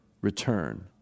return